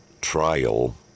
trial